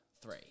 Three